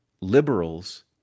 Liberals